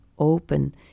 open